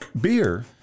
beer